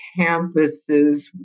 campuses